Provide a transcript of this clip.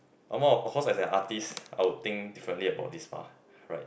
or more of course as an artist I would think differently about this mah right